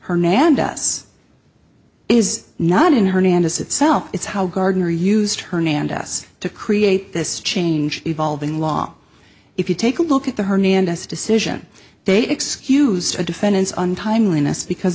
hernandez is not in hernandez itself it's how gardner used hernandez to create this change evolving law if you take a look at the hernandez decision they excused the defendants